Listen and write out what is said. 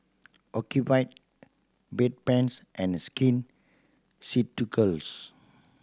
Ocuvite Bedpans and Skin Ceuticals